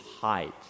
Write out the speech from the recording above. hide